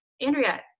Andrea